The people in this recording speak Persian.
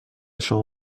شما